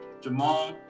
Jamal